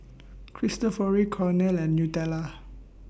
Cristofori Cornell and Nutella